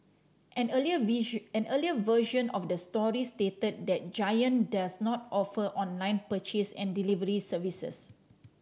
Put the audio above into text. an earlier an earlier version of the story stated that Giant does not offer online purchase and delivery services